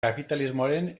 kapitalismoaren